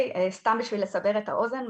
סתם בשביל לסבר את האוזן,